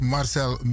Marcel